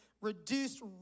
reduced